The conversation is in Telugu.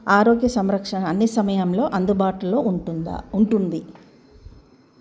ఆరోగ్య సంరక్షణ అన్ని సమయంలో అందుబాటులో ఉంటుందా ఉంటుంది